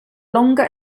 longer